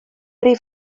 rif